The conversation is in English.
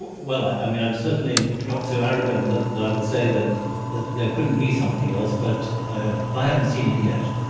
well, i mean, i'm certainly and not so arrogant that that i would say that there couldn't be something else. but i haven't seen it yet